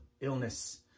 illness